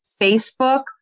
Facebook